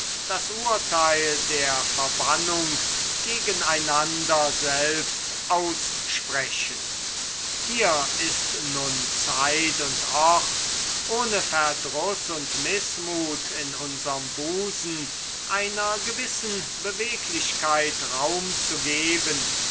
das urteil der verbannung gegen einander selbst aussprechend hier ist nun zeit und ort ohne verdruß und mißmut in unserm busen einer gewissen beweglichkeit raum zu geben